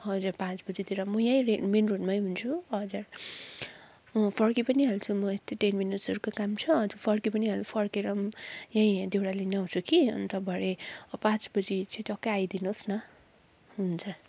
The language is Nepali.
हजुर पाँच बजीतिर म यहीँ रे मेन रोडमै हुन्छु हजुर फर्की पनि हाल्छु म यस्तेै टेन मिनेट्सहरूको काम छ अन्त फर्की पनि हाल फर्केर यहीँ देउराली नै आउँछु कि अन्त भरे पाँच बजी चाहिँ टक्कै आइदिनु होस् न हुन्छ